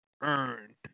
earned